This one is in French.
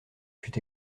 fût